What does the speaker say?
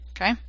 Okay